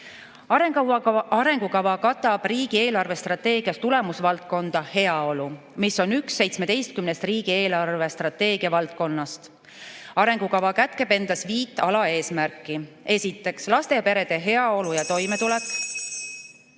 Arengukava katab riigi eelarvestrateegias tulemusvaldkonda "Heaolu", mis on üks 17-st riigi eelarvestrateegia valdkonnast. Arengukava kätkeb endas viit alaeesmärki. Esiteks, laste ja perede heaolu ja toimetulek.